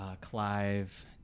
Clive